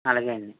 అలాగే అండీ